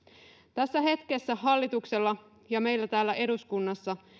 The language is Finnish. tässä hetkessä hallituksella ja meillä täällä eduskunnassa